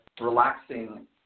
relaxing –